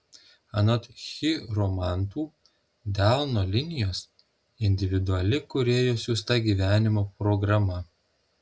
anot chiromantų delno linijos individuali kūrėjo siųsta gyvenimo programa